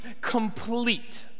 complete